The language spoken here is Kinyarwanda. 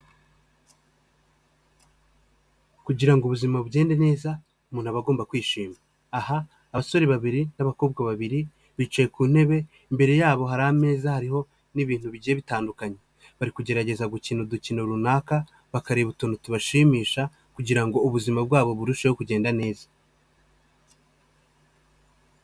Kugira ngo ubuzima bugende neza umuntu aba agomba kwishima. Aha abasore babiri n'abakobwa babiri bicaye ku ntebe, imbere yabo hari ameza, hariho n'ibintu bigiye bitandukanye. Bari kugerageza gukina udukino runaka, bakareba utuntu tubashimisha kugira ngo ubuzima bwabo burusheho kugenda neza.